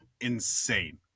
insane